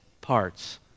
parts